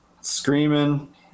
screaming